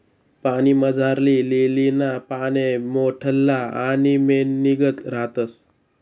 पाणीमझारली लीलीना पाने मोठल्ला आणि मेणनीगत रातस